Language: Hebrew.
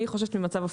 אני חוששת מצב הפוך,